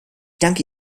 danke